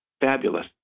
fabulous